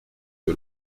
que